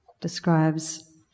describes